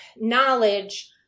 knowledge